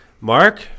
Mark